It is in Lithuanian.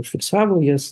užfiksavo jas